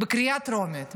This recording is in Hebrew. בקריאה טרומית.